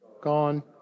gone